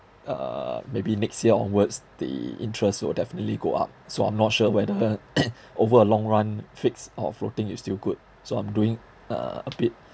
uh maybe next year onwards the interest will definitely go up so I'm not sure whether over a long run fixed or floating is still good so I'm doing uh a bit